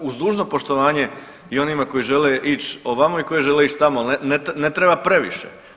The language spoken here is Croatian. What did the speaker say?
Uz dužno poštovanje i onima koji žele ić ovamo i koji žele ić tamo, al ne treba previše.